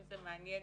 בין-עירוניים,